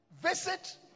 Visit